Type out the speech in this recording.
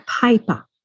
paper